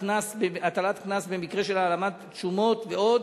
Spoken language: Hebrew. הטלת קנס במקרה של העלמת תשומות ועוד,